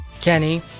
kenny